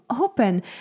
open